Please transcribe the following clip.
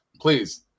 please